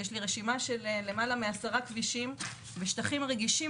יש לי רשימה של למעלה מ-10 כבישים ושטחים רגישים